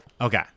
Okay